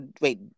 wait